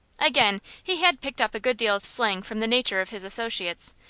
again, he had picked up a good deal of slang from the nature of his associates,